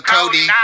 Cody